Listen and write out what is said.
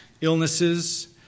illnesses